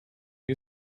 you